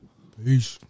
Peace